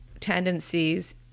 tendencies